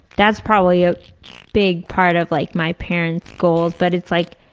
that's probably a big part of like my parents' goals. but it's like,